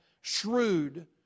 shrewd